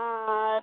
ஆ ஆ